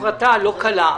בהפרטה לא קלה.